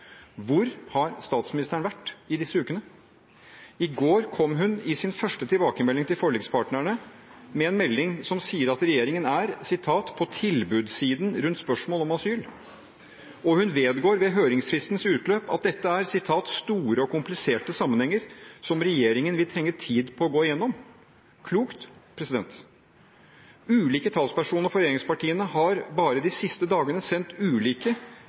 Hvor har statsministeren vært i disse ukene? I går kom hun – i sin første tilbakemelding til forlikspartnerne – med en tekstmelding som sier at regjeringen er på tilbudssiden rundt spørsmål om asyl. Og hun vedgår ved høringsfristens utløp at dette er store og kompliserte sammenhenger, som regjeringen vil trenge tid på å gå igjennom – klokt. Ulike talspersoner for regjeringspartiene har bare de siste dagene sendt ulike